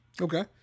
Okay